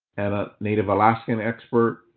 and ah native alaskan expert.